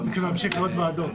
אנחנו צריכים להמשיך לעוד ועדות.